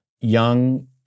young